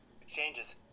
exchanges